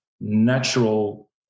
natural